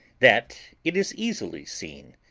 that, it is easily seen,